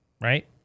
right